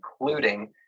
including